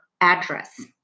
address